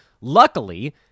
Luckily